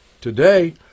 today